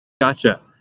Gotcha